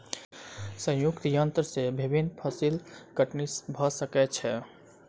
संयुक्तक यन्त्र से विभिन्न फसिलक कटनी भ सकै छै